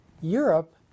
Europe